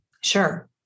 Sure